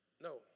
no